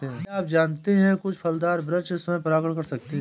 क्या आप जानते है कुछ फलदार वृक्ष स्वयं परागण कर सकते हैं?